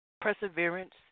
Perseverance